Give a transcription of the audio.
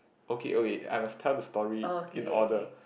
okay okay I must tell the story in order